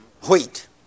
wheat